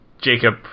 Jacob